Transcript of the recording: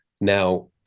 now